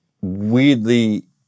weirdly